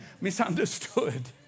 misunderstood